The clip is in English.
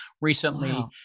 recently